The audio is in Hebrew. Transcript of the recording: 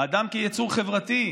האדם כיצור חברתי,